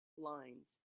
lines